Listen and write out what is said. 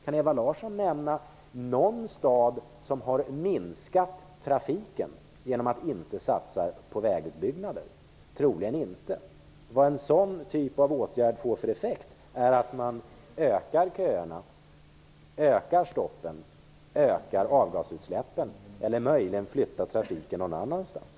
Kan Ewa Larsson nämna någon stad som har minskat trafiken genom att inte satsa på vägutbyggnader? Det kan hon troligen inte. En sådan åtgärd skulle få till effekt att man ökar köerna, stoppen och avgasutsläppen eller möjligen flyttar trafiken någon annanstans.